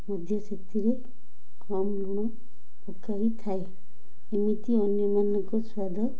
ମଧ୍ୟ ସେଥିରେ କମ୍ ଲୁଣ ପକାଇଥାଏ ଏମିତି ଅନ୍ୟମାନଙ୍କ ସ୍ୱାଦ